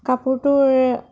কাপোৰটোৰ